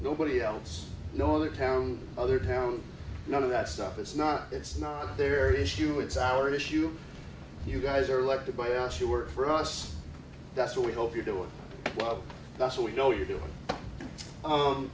nobody else no other town other town none of that stuff it's not it's not their issue it's our issue you guys are elected by ass you work for us that's what we hope you're doing well that's what we know you're doing